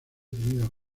tenido